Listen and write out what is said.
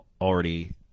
already